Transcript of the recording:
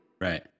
Right